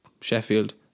Sheffield